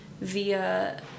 via